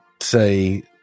say